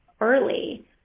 early